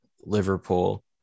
Liverpool